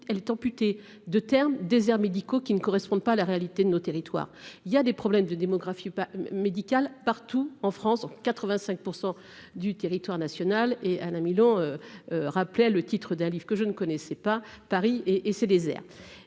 elle est amputée de termes déserts médicaux qui ne correspondent pas à la réalité de nos territoires, il y a des problèmes de démographie médicale, partout en France, 85 % du territoire national et Alain Milon, rappelait le titre d'un livre que je ne connaissais pas Paris et et c'est désert.